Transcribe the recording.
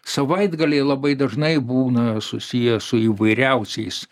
savaitgaliai labai dažnai būna susiję su įvairiausiais